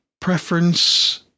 preference